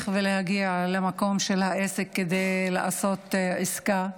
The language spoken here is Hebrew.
להגיע למקום של העסק כדי לעשות עסקה,